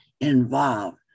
involved